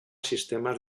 sistemes